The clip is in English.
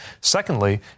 Secondly